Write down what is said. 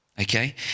Okay